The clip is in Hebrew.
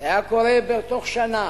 זה היה קורה בתוך שנה,